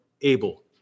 able